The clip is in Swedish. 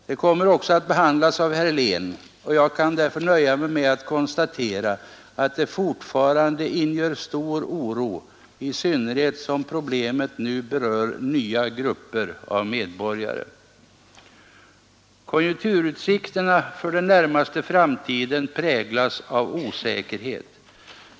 Det kommer också att behandlas av herr Helén och jag kan därför nöja mig med att konstatera att det fortfarande inger stor oro, i synnerhet som problemet nu berör nya grupper av medborgare Konjunkturutsikterna för den närmaste framtiden präglas av osäker het.